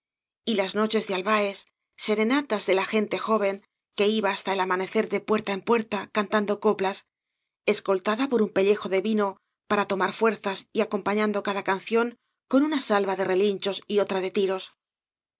y las noches de álbaes serenatas de la gente joven que iba hasta el amanecer de puerta en puerta cantando coplas escoltada por un pellejo de vino para tomar fuerzas y acompañando cada canción con una salva de relinchos y otra de tiros